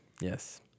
yes